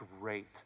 great